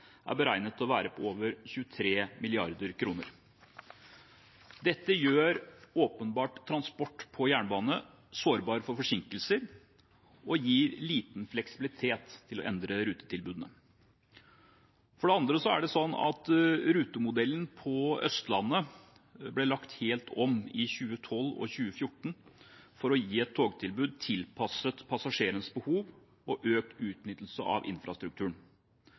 er beregnet å være på over 23 mrd. kr. Dette gjør åpenbart transport på jernbane sårbar for forsinkelser og gir liten fleksibilitet til å endre rutetilbudene. For det andre er det sånn at rutemodellen på Østlandet ble lagt helt om i 2012 og 2014 for å gi et togtilbud tilpasset passasjerenes behov og økt utnyttelse av infrastrukturen.